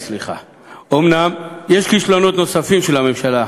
אומנם יש כישלונות נוספים של הממשלה,